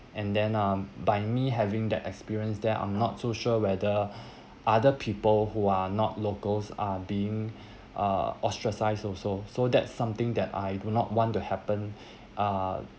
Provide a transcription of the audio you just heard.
and then um by me having that experience that I'm not so sure whether other people who are not locals are being uh ostracized also so that's something that I do not want to happen uh